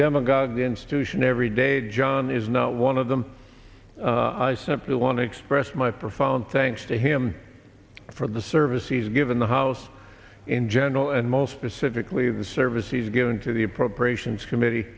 the institution every day john is not one of them i simply want to express my profound thanks to him for the service he's given the house in general and most specifically the service he's given to the appropriations committee